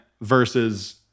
versus